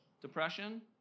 Depression